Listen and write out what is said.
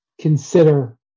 consider